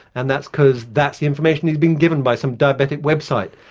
and that's because that's the information he's been given by some diabetic website.